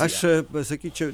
aš pasakyčiau